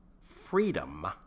Freedom